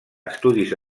estudis